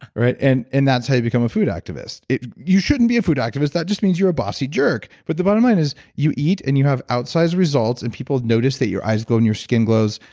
right? and and that's how you become a food activist. you shouldn't be a food activist, that just means you're a bossy jerk. but the bottom line is you eat and you have outsized results and people notice that your eyes glow and your skin glows,